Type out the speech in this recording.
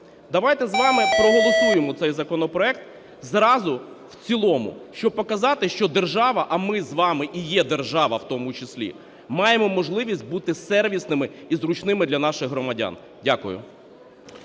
Давайте з вами проголосуємо цей законопроект зразу в цілому, щоб показати, що держава, а ми з вами і є держава в тому числі, маємо можливість бути сервісними і зручними для наших громадян. Дякую.